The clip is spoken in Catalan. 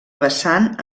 vessant